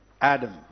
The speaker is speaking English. Adam